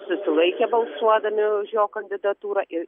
susilaikė balsuodami už jo kandidatūrą ir